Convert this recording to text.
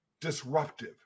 disruptive